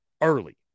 early